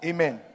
Amen